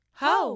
ho